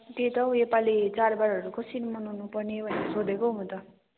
त्यही त हौ योपालि चाडबाडहरू पनि कसरी मनाउनुपर्ने हो भनेर सोधेको हौ म त